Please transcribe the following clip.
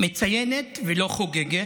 מציינת ולא חוגגת,